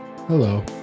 Hello